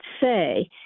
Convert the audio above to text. say